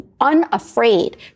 unafraid